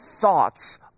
thoughts